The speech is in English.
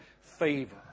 favor